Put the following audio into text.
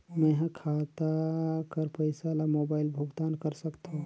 मैं ह खाता कर पईसा ला मोबाइल भुगतान कर सकथव?